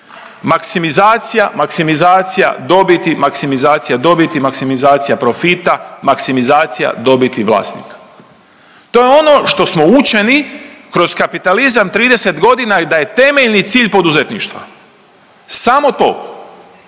maksimizacija, maksimizacija dobiti, maksicimacija dobiti, maksimizacija profita, maksimizacija dobiti vlasnika. To je ono što smo učeni kroz kapitalizam i 30 godina da je temeljni cilj poduzetništva, samo to.